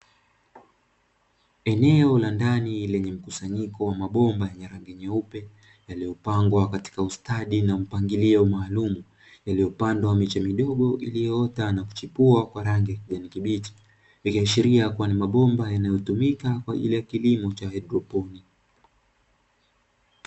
Eneo la ndani lenye mkusanyiko wa mabomba yenye rangi nyeupe, yaliyopangwa katika ustadi na mpangilio maalumu. Yaliyopandwa miche midogo iliyoota na kuchipua kwa rangi ya kijani kibichi, ikiashiria kuwa ni mabomba yanayotumika kwa ajili ya kilimo cha haidroponi.